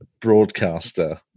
broadcaster